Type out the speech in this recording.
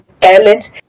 talents